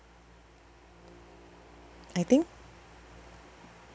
I think